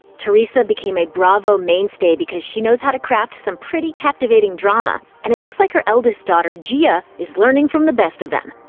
teresa became a bravo mainstay because she knows how to craft some pretty captivating drama, and it looks like her eldest daughter, gia, ah is learning from the best of them.